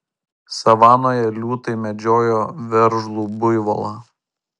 savanoje liūtai medžiojo veržlų buivolą